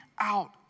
out